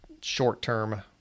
short-term